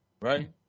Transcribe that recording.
Right